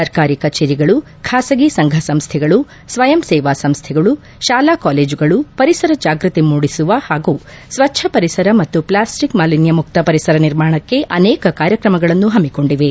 ಸರ್ಕಾರಿ ಕಚೇರಿಗಳು ಖಾಸಗಿ ಸಂಘ ಸಂಸ್ಥೆಗಳು ಸ್ವಯಂ ಸೇವಾ ಸಂಸ್ಥೆಗಳು ಶಾಲಾ ಕಾಲೇಜುಗಳು ಪರಿಸರ ಜಾಗೃತಿ ಮೂಡಿಸುವ ಹಾಗು ಸ್ವಚ್ದ ಪರಿಸರ ಮತ್ತು ಪ್ಲಾಸ್ಟಿಕ್ ಮಾಲಿನ್ಞ ಮುಕ್ತ ಪರಿಸರ ನಿರ್ಮಾಣಕ್ಕೆ ಅನೇಕ ಕಾರ್ಯಕ್ರಮಗಳನ್ನು ಹಮ್ಮಿಕೊಂಡಿವೆ